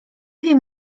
wiem